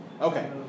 Okay